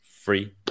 free